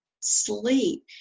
sleep